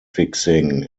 fixing